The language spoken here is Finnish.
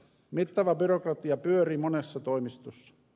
mittava byrokratia pyöri monessa toimistossa